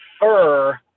fur